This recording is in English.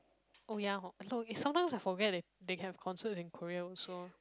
oh ya hor no is sometimes I forget that they have concert in Korea also